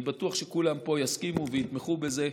אני בטוח שכולם פה יסכימו ויתמכו בזה.